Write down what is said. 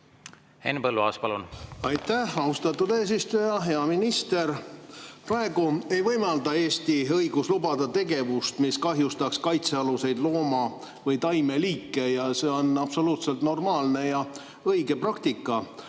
Henn Põlluaas, palun! Aitäh, austatud eesistuja! Hea minister! Praegu ei võimalda Eesti õigus tegevust, mis kahjustaks kaitsealuseid looma- või taimeliike, ja see on absoluutselt normaalne ja õige praktika.